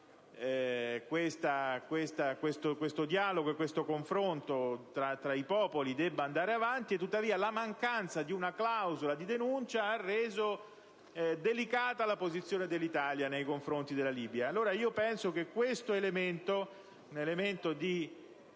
il dialogo e il confronto tra i popoli; tuttavia, la mancanza di una clausola di denuncia ha reso delicata la posizione dell'Italia nei confronti della Libia. Allora io penso che questo elemento, la clausola di